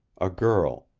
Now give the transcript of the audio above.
a girl,